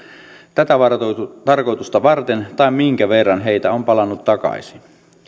tätä tarkoitusta varten tai minkä verran heitä on palannut takaisin